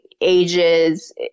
ages